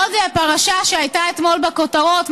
עוד פרשה שהייתה אתמול בכותרות,